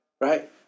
right